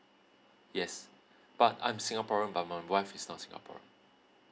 yes but I'm singaporean but my wife is not singapore